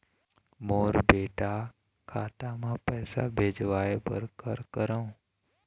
मोर बेटा खाता मा पैसा भेजवाए बर कर करों?